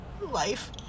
life